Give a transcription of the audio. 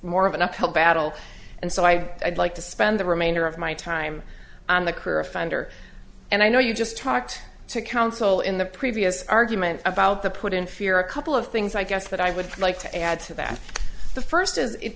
more of an uphill battle and so i like to spend the remainder of my time on the career of founder and i know you just talked to counsel in the previous argument about the put in fear a couple of things i guess that i would like to add to that the first is it